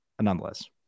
nonetheless